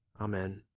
Amen